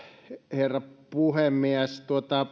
herra puhemies